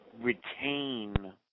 retain